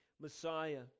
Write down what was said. Messiah